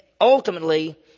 Ultimately